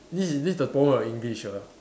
this this is the problem of English ah